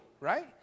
right